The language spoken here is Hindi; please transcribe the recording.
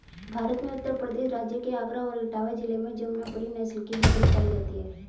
भारत में उत्तर प्रदेश राज्य के आगरा और इटावा जिले में जमुनापुरी नस्ल की बकरी पाई जाती है